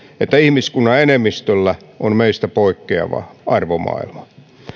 että ihmiskunnan enemmistöllä on meistä poikkeava arvomaailma